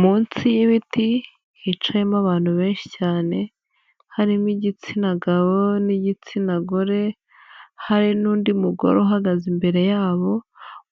Munsi y'ibiti hicayemo abantu benshi cyane, harimo igitsina gabo n'igitsina gore, hari undi mugore uhagaze imbere yabo